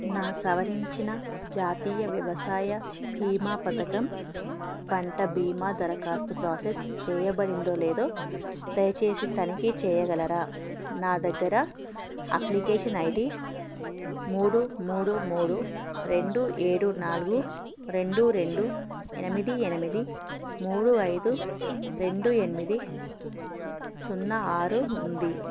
నా సవరించిన జాతీయ వ్యవసాయ బీమా పథకం పంట బీమా దరఖాస్తు ప్రాసెస్ చేయబడిందో లేదో దయచేసి తనిఖీ చేయగలరా నా దగ్గర అప్లికేషన్ ఐ డీ మూడు మూడు మూడు రెండు ఏడు నాలుగు రెండు రెండు ఎనిమిది ఎనిమిది మూడు ఐదు రెండు ఎనిమిది సున్నా ఆరు ఉంది